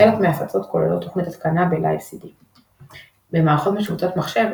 חלק מההפצות כוללות תוכנית התקנה ב־Live CD. במערכות משובצות מחשב,